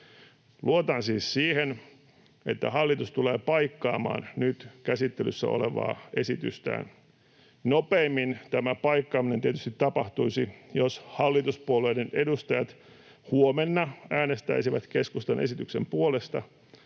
Luotan siis siihen, että hallitus tulee paikkaamaan nyt käsittelyssä olevaa esitystään. Nopeimmin tämä paikkaaminen tietysti tapahtuisi, jos hallituspuolueiden edustajat huomenna äänestäisivät keskustan esityksen puolesta.